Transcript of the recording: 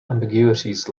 ambiguities